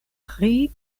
tri